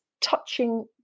touching